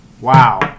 Wow